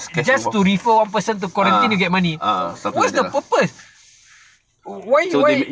just to refer one person to quarantine you get money what's the purpose why why